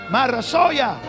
Marasoya